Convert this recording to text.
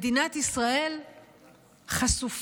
מדינת ישראל חשופה.